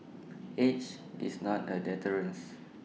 age is not A deterrence